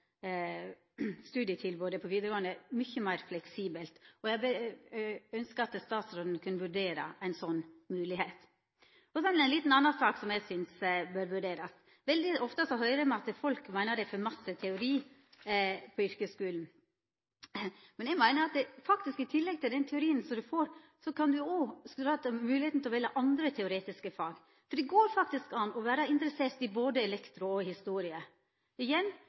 studietilbodet på vidaregåande skule mykje meir fleksibelt. Eg ønskjer at statsråden skal vurdera ei sånn moglegheit. Så til ei anna lita sak, som eg synest bør vurderast. Veldig ofte høyrer me at folk meiner det er for mykje teori på yrkesskulen, men eg meiner at i tillegg til den teorien som ein får, skulle ein òg få høve til å velja andre teoretiske fag. For det går faktisk an å vera interessert i både elektro og historie. Igjen